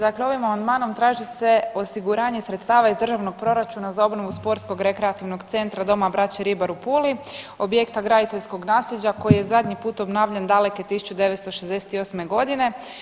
Dakle ovim amandmanom traži se osiguranje sredstava iz državnog proračuna za obnovu sportskog rekreativnog centra „Doma braće Ribar“ u Puli, objekta graditeljskog nasljeđa koji je zadnji put obnavljan daleke 1968.g.